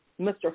Mr